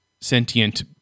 sentient